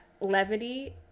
levity